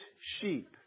sheep